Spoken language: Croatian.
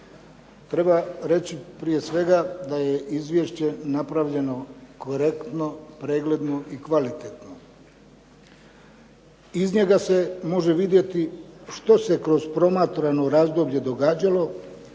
Treba reći prije svega da je izvješće napravljeno korektno, pregledno i kvalitetno. Iz njega se može vidjeti što se kroz promatrano razdoblje događalo